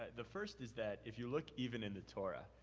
the first is that if you look even in the torah.